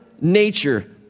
nature